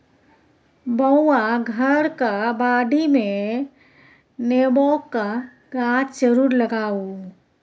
बौआ घरक बाडीमे नेबोक गाछ जरुर लगाउ